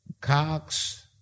Cox